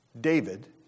David